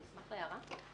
הערה.